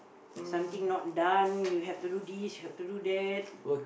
something not done you have to do this you have to do that